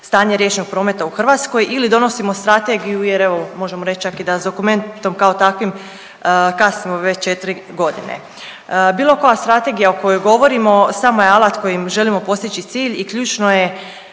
stanje riječnog prometa u Hrvatskoj ili donosimo strategiju, jer evo možemo reći čak i da sa dokumentom kao takvim kasnimo već 4 godine. Bilo koja strategija o kojoj govorimo samo je alat kojim želimo postići cilj i ključno je